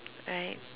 right